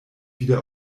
wieder